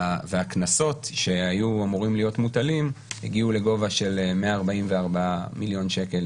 והקנסות שהיו אמורים להיות מוטלים הגיעו לגובה של 144 מיליון שקל,